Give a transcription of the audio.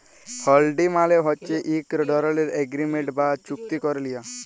হুল্ডি মালে হছে ইক ধরলের এগ্রিমেল্ট বা চুক্তি ক্যারে লিয়া